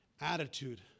attitude